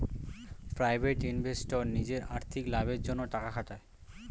private investor নিজের আর্থিক লাভের জন্যে টাকা খাটায়